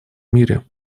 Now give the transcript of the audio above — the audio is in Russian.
мире